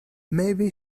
maybe